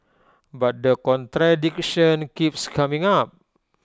but the contradiction keeps coming up